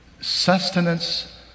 sustenance